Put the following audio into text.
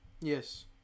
Yes